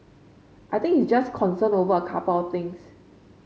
I think it's just concern over a couple of things